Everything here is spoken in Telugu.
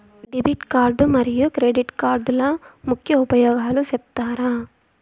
డెబిట్ కార్డు మరియు క్రెడిట్ కార్డుల ముఖ్య ఉపయోగాలు సెప్తారా?